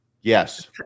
Yes